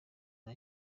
nta